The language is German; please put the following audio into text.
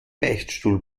beichtstuhl